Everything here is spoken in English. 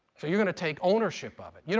so you're going to take ownership of it. you know,